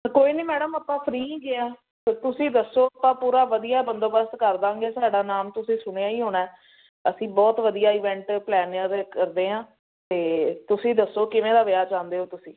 ਕੋਈ ਨਹੀਂ ਮੈਡਮ ਆਪਾਂ ਫਰੀ ਜਿਹੇ ਹਾਂ ਤੁਸੀਂ ਦੱਸੋ ਪੂਰਾ ਪੂਰਾ ਵਧੀਆ ਬੰਦੋਬਸਤ ਕਰ ਦਾਂਗੇ ਸਾਡਾ ਨਾਮ ਤੁਸੀਂ ਸੁਣਿਆ ਹੀ ਹੋਣਾ ਅਸੀਂ ਬਹੁਤ ਵਧੀਆ ਇਵੈਂਟ ਪਲੈਨਅਰ ਕਰਦੇ ਹਾਂ ਤੇ ਅਤੁਸੀਂ ਦੱਸੋ ਕਿਵੇਂ ਦਾ ਵਿਆਹ ਚਾਹੁੰਦੇ ਹੋ ਤੁਸੀਂ